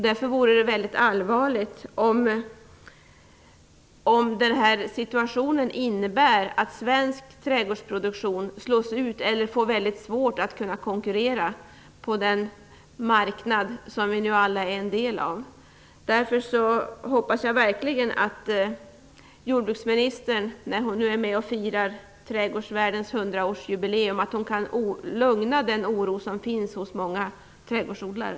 Därför vore det mycket allvarligt om den här situationen innebär att svensk trädgårdsproduktion slås ut eller får mycket svårt att konkurrera på den marknad som vi nu alla är en del av. Jag hoppas därför verkligen att jordbruksministern, när hon nu är med och firar trädgårdsvärldens hundraårsjubileum, kan lugna ner den oro som finns hos många trädgårdsodlare.